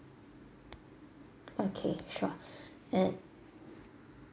okay sure and